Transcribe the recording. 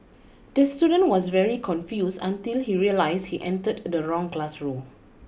the student was very confused until he realised he entered the wrong classroom